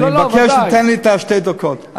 אני מבקש שתיתן לי את שתי הדקות.